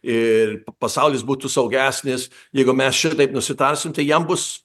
ir pasaulis būtų saugesnis jeigu mes šitaip nusitarsim tai jam bus